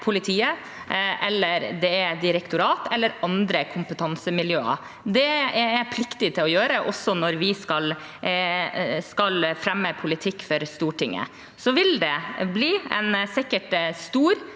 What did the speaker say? politiet, direktorat eller andre kompetansemiljøer. Det er jeg pliktig til å gjøre, også når vi skal fremme politikk for Stortinget. Det vil sikkert bli en stor